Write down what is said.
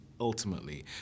ultimately